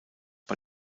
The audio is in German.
bei